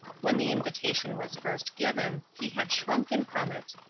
when the invitation was first given, he had shrunken from it.